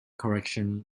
correction